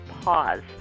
Pause